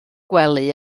gwely